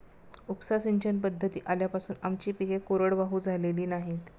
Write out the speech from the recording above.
उपसा सिंचन पद्धती आल्यापासून आमची पिके कोरडवाहू झालेली नाहीत